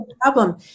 Problem